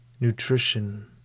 Nutrition